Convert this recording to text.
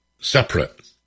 separate